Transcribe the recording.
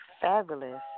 Fabulous